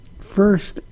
First